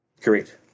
Correct